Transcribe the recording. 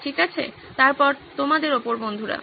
ঠিক আছে তারপর তোমাদের ওপর বন্ধুরা